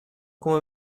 qu’on